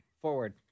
Forward